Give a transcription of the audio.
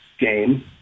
game